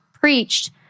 preached